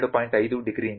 5 ಡಿಗ್ರಿಯಿಂದ 12